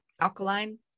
Alkaline